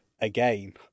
again